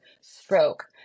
stroke